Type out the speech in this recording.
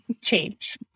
Change